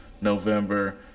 November